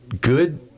good